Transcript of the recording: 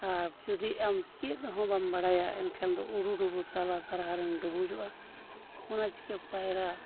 ᱟᱨ ᱡᱩᱫᱤ ᱟᱢ ᱪᱮᱫ ᱦᱚᱸ ᱵᱟᱢ ᱵᱟᱲᱟᱭᱟ ᱮᱱᱠᱷᱟᱱ ᱫᱚ ᱩᱰᱩᱰᱩᱰᱩ ᱛᱟᱞᱟ ᱫᱟᱨᱦᱟ ᱨᱮᱢ ᱰᱩᱵᱩᱡᱚᱜᱼᱟ ᱚᱱᱟ ᱪᱤᱠᱟᱹ ᱯᱟᱭᱨᱟ